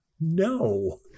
no